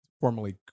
formerly